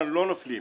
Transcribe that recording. נופלים.